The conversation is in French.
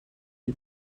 les